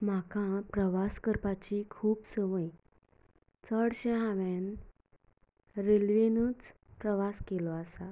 म्हाका प्रवास करपाची खूब सवंय चडशें हांवें रेल्वेनूच प्रवास केल्लो आसा